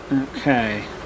okay